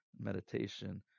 meditation